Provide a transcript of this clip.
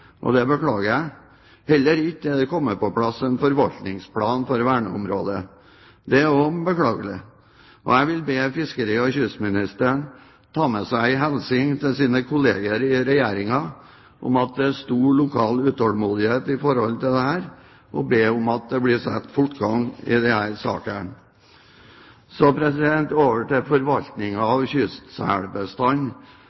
side. Det beklager jeg. Heller ikke er det kommet på plass en forvaltningsplan for verneområdet. Det er også beklagelig. Jeg vil be fiskeri- og kystministeren ta med seg en hilsen til sine kolleger i Regjeringen om at det er stor lokal utålmodighet i forhold til dette, og be om at det blir satt fortgang i denne saken. Så over til